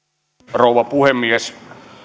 rouva puhemies